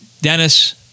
Dennis